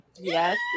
yes